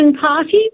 party